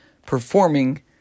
performing